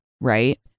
right